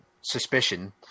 suspicion